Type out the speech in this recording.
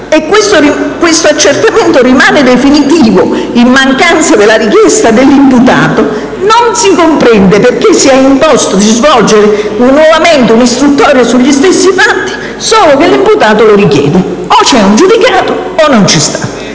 e questo accertamento rimane definitivo in mancanza di una richiesta dell'imputato, non si comprende perché sia imposto di svolgere nuovamente un'istruttoria sugli stessi fatti, solo che l'imputato lo richieda. O c'è un giudicato o non c'è.